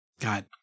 god